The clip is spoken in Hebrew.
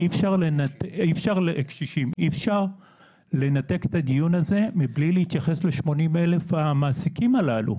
אי אפשר לנתק את הדיון הזה מבלי להתייחס ל-80,000 המעסיקים הללו.